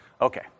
okay